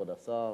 כבוד השר.